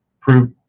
prove